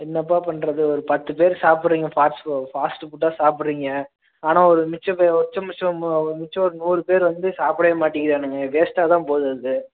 என்னப்பா பண்ணுறது ஒரு பத்து பேர் சாப்பிட்றீங்க ஃபாஸ்ட் ஃபாஸ்ட்புட்டாக சாப்பிட்றீங்க ஆனால் ஒரு மிச்ச பேர் மிச்சம் மிச்சம் மிச்சம் ஒரு நூறு பேர் வந்து சாப்பிடவே மாட்டேங்குறானுங்க வேஸ்ட்டாகதான் போது அது